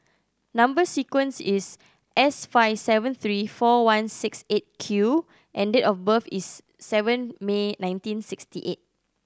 number sequence is S five seven three four one six Eight Q and date of birth is seven May nineteen sixty eight